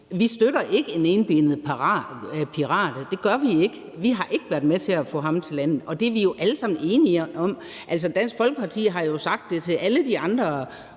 Vi støtter ikke en etbenet pirat. Det gør vi ikke. Vi har ikke været med til at få ham til landet, og det er vi jo alle sammen enige om. Dansk Folkeparti har også sagt det til alle de andre